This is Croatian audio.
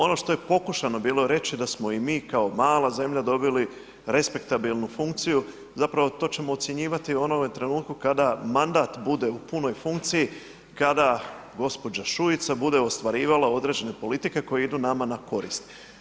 Ono što je pokušano bilo reći da smo i mi kao mala zemlja dobili respektabilnu funkciju, zapravo to ćemo ocjenjivati u onome trenutku kada mandat bude u punoj funkciji, kada gospođa Šuica bude ostvarivala određene politike koje idu nama na korist.